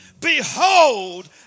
Behold